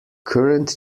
current